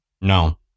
No